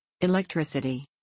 Electricity